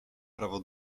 prawo